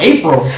April